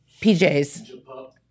PJs